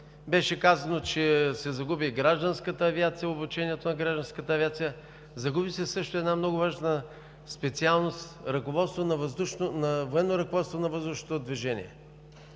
Беше казано, че се загуби и гражданската авиация – обучението на гражданската авиация, загуби се също една много важна специалност „Военно ръководство на въздушното движение“.